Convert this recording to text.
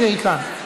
הנה, היא כאן.